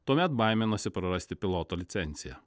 tuomet baiminosi prarasti piloto licenciją